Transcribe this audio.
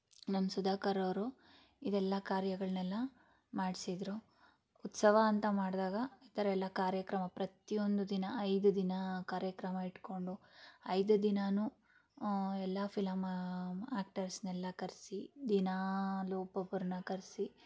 ನಮ್ಮ ಸುಧಾಕರ್ ಅವರು ಇದೆಲ್ಲ ಕಾರ್ಯಗಳನ್ನೆಲ್ಲ ಮಾಡಿಸಿದ್ರು ಉತ್ಸವ ಅಂತ ಮಾಡಿದಾಗ ಈ ಥರ ಎಲ್ಲ ಕಾರ್ಯಕ್ರಮ ಪ್ರತಿಯೊಂದು ದಿನ ಐದು ದಿನ ಕಾರ್ಯಕ್ರಮ ಇಟ್ಟುಕೊಂಡು ಐದು ದಿನಾನೂ ಎಲ್ಲ ಫಿಲಂ ಆ್ಯಕ್ಟರ್ಸ್ನೆಲ್ಲ ಕರೆಸಿ ದಿನಾಲೂ ಒಬ್ಬೊಬ್ರನ್ನ ಕರೆಸಿ